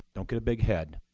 don't get a big head.